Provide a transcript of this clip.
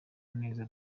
neza